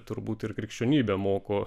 turbūt ir krikščionybė moko